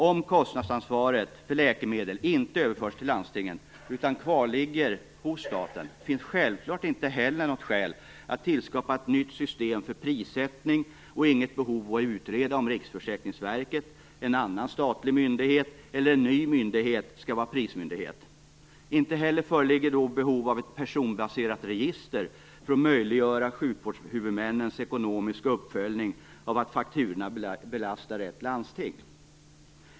Om kostnadsansvaret för läkemedlen inte överförs till landstingen utan kvarligger hos staten finns det självfallet inte heller något skäl att tillskapa ett nytt system för prissättning och inget behov av att utreda om Riksförsäkringsverket, en annan statlig myndighet eller en ny myndighet skall vara prismyndighet. Inte heller föreligger då ett behov av ett personbaserat register för att möjliggöra sjukvårdshuvudmännens ekonomiska uppföljning av att fakturorna belastar rätt landsting.